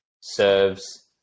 serves